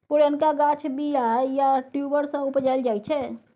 पुरैणक गाछ बीया या ट्युबर सँ उपजाएल जाइ छै